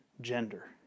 gender